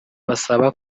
basaba